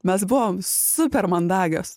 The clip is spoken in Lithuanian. mes buvom super mandagios